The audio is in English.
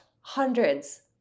hundreds